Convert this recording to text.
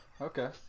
okay